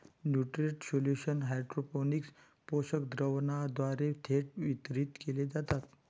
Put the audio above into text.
nutrient solution hydroponics पोषक द्रावणाद्वारे थेट वितरित केले जातात